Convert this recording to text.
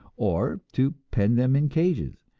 or to pen them in cages,